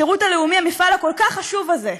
השירות הלאומי, המפעל הכל-כך חשוב הזה,